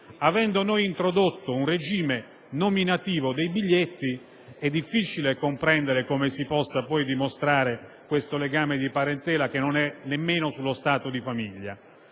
avendo introdotto un regime nominativo dei biglietti, è difficile comprendere come si possa poi dimostrare questo legame di parentela, che non compare nemmeno sullo stato di famiglia.